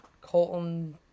Colton